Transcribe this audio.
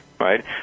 right